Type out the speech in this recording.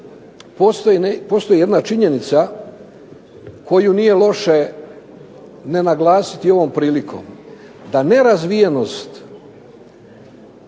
postoji jedna činjenica koju nije loše ne naglasiti ovom prilikom, da nerazvijenost